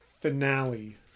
finale